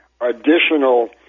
additional